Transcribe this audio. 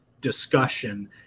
discussion